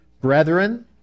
Brethren